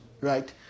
right